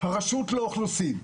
רשות האוכלוסין.